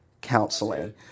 counseling